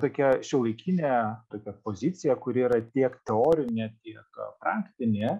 tokia šiuolaikinė tokia pozicija kuri yra tiek teorinė tiek praktinė